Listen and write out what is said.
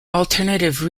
alternative